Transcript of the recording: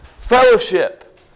fellowship